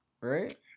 right